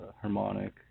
Harmonic